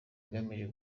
igamije